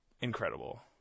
incredible